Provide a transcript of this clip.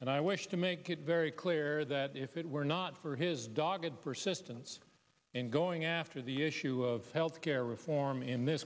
and i wish to make it very clear that if it were not for his dog and persistence in going after the issue of health care reform in this